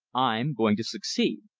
i'm going to succeed!